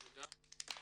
תודה.